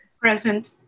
Present